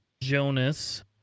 jonas